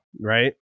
Right